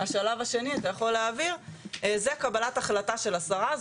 השלב השני זה קבלת החלטה של השרה.